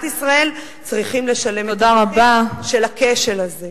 ישראל צריכים לשלם את המחיר של הכשל הזה.